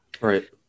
Right